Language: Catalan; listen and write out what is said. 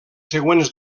següents